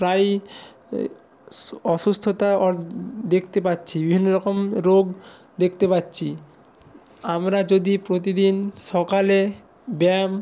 প্রায়ই অসুস্থতা দেখতে পাচ্ছি বিভিন্ন রকম রোগ দেখতে পাচ্ছি আমরা যদি প্রতিদিন সকালে ব্যায়াম